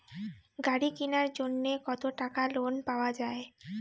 গাড়ি কিনার জন্যে কতো টাকা লোন পাওয়া য়ায়?